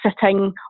sitting